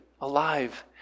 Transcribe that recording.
alive